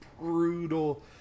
brutal